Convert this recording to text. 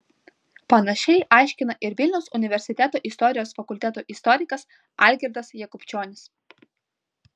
panašiai aiškina ir vilniaus universiteto istorijos fakulteto istorikas algirdas jakubčionis